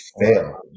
fail